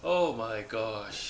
oh my gosh